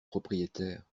propriétaires